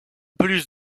plus